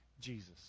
Jesus